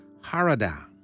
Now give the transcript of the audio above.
Harada